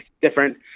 different